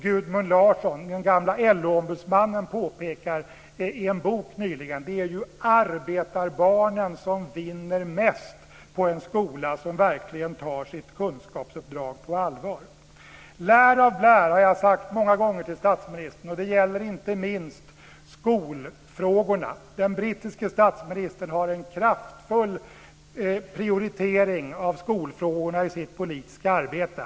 Gudmund Larsson, den gamle LO ombudsmannen, påpekade nyligen i en bok att poängen är att arbetarbarnen vinner mest på en skola som verkligen tar sitt kunskapsuppdrag på allvar. Lär av att lära, har jag sagt många gånger till statsministern. Det gäller inte minst skolfrågorna. Den brittiske premiärministern har en kraftfull prioritering av skolfrågorna i sitt politiska arbete.